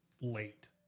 late